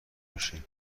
میشه